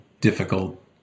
difficult